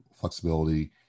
flexibility